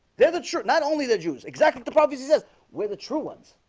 they're that sure not only the jews exactly the property says we're the true ones